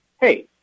hey